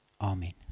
Amen